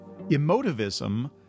Emotivism